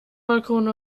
balkon